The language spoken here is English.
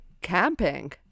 camping